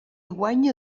guanya